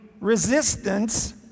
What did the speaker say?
resistance